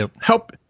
help